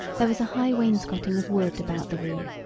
there was a high wainscoting of wood about the room,